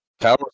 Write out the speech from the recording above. Power